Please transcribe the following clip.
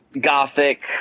gothic